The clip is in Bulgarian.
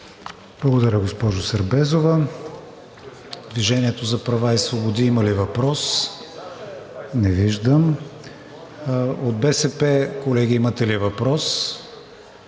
Благодаря, госпожо Сербезова. „Движение за права и свободи“ има ли въпрос? Не виждам. От БСП, колеги, имате ли въпрос?